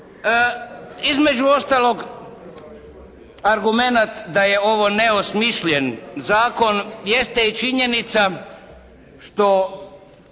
Između ostalog argumenat da je ovo neosmišljen zakon jeste i činjenica što